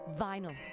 Vinyl